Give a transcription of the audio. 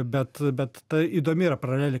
bet bet ta įdomi yra paralelė